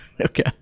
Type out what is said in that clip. Okay